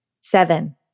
Seven